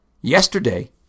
Yesterday